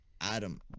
Adam